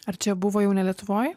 ar čia buvo jau ne lietuvoj